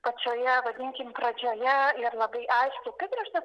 pačioje vadinkim pradžioje ir labai aiškiai apibrėžtas